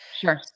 Sure